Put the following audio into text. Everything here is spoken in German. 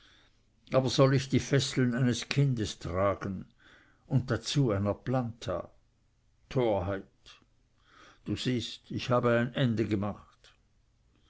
aber soll ich die fesseln eines kindes tragen und dazu einer planta torheit du siehst ich habe ein ende gemacht